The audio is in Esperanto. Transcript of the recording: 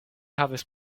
havis